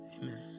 Amen